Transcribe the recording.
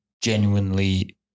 genuinely